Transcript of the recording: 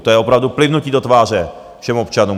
To je opravdu plivnutí do tváře všem občanům.